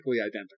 identical